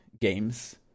games